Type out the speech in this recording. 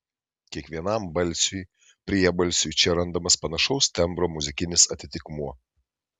kiekvienam balsiui priebalsiui čia randamas panašaus tembro muzikinis atitikmuo